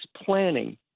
planning